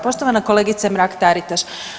Poštovana kolegice Mrak Taritaš.